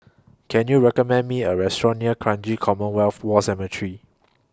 Can YOU recommend Me A Restaurant near Kranji Commonwealth War Cemetery